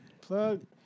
Plug